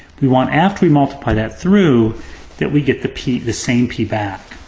we want, after we multiply that through that we get the p, the same p back.